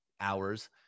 hours